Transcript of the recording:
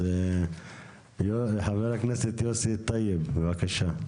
אז חבר הכנסת יוסי טייב, בבקשה.